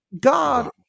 God